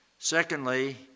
Secondly